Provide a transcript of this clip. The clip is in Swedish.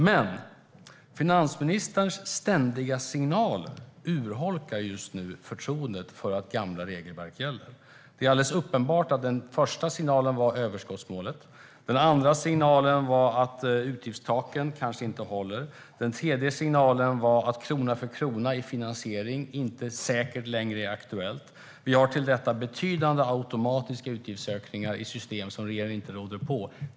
Men finansministerns ständiga signaler urholkar just nu förtroendet för att gamla regelverk gäller. Det är alldeles uppenbart att den första signalen gällde överskottsmålet. Den andra signalen var att utgiftstaken kanske inte håller. Den tredje signalen var att det inte längre är säkert att krona-för-krona-principen i fråga om finansiering är aktuell. Vi har till detta betydande automatiska utgiftsökningar i system som regeringen inte råder på.